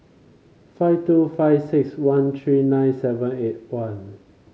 five two five six one three nine seven eight one